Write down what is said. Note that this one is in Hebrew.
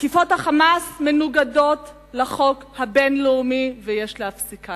"תקיפות ה'חמאס' מנוגדות לחוק הבין-לאומי ויש להפסיקן".